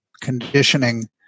conditioning